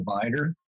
provider